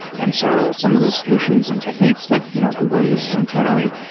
and so some of the solutions and techniques that you know google uses internally,